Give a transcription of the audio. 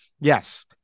yes